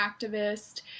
activist